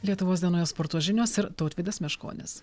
lietuvos dienoje sporto žinios ir tautvydas meškonis